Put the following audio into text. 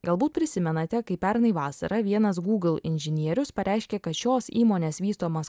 galbūt prisimenate kai pernai vasarą vienas google inžinierius pareiškė kad šios įmonės vystomas